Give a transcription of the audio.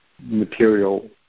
material